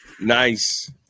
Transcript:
Nice